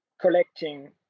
collecting